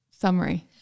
summary